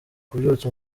kubyutsa